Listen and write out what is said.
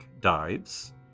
dives